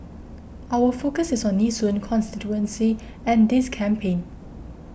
our focus is on Nee Soon constituency and this campaign